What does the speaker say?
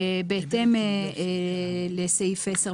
בהתאם לסעיף 10,